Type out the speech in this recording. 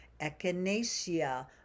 echinacea